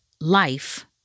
life